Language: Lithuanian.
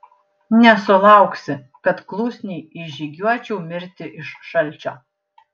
nesulauksi kad klusniai išžygiuočiau mirti iš šalčio